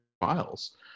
files